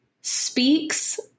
speaks